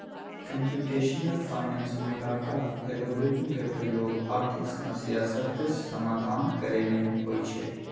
computational finance में data, algorithm के प्रयोग आर्थिक समस्या सभके समाधान करे में होइ छै